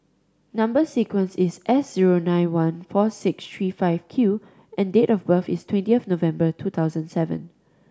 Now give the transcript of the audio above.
number sequence is S zero nine one four six tree five Q and date of birth is twentieth November two thousand seven